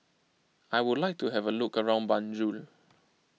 I would like to have a look around Banjul